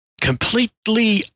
Completely